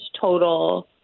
total